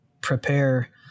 prepare